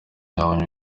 cyabonye